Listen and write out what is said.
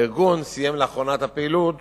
הארגון סיים לאחרונה את הפעילות